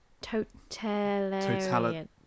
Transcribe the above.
totalitarian